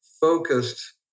Focused